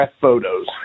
Photos